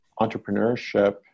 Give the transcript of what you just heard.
entrepreneurship